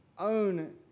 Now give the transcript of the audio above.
own